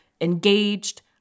engaged